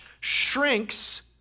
shrinks